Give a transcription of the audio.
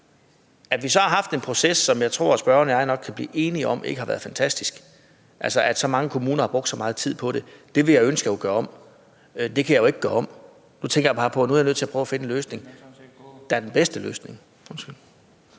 At vi så har haft en proces, som jeg tror at spørgeren og jeg nok kan blive enige om ikke har været fantastisk, altså at så mange kommuner har brugt så meget tid på det, ville jeg ønske jeg kunne gøre om. Men det kan jeg jo ikke gøre om. Nu tænker jeg bare på, at jeg er nødt til at prøve at finde en løsning, der er den bedste løsning.